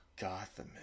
Gotham